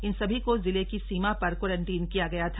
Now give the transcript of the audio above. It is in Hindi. इन सभी को जिले की सीमा पर क्वारंटीन किया गया था